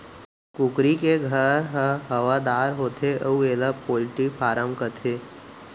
कुकरी के घर ह हवादार होथे अउ एला पोल्टी फारम कथें